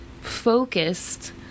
focused